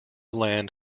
land